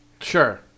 Sure